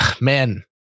man